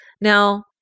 Now